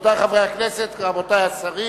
רבותי חברי הכנסת, רבותי השרים,